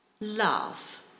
love